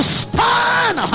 stand